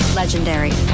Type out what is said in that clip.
legendary